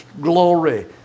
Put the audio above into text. glory